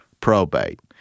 probate